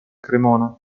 cremona